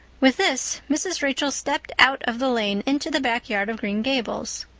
with this mrs. rachel stepped out of the lane into the backyard of green gables.